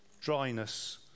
dryness